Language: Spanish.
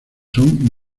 son